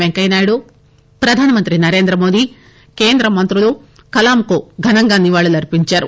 పెంకయ్యనాయుడు ప్రధానమంత్రి నరేంద్రమోదీ కేంద్రమంత్రులు కలాంకు ఘనంగా నివాళులర్పించారు